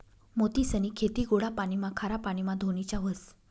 मोतीसनी खेती गोडा पाणीमा, खारा पाणीमा धोनीच्या व्हस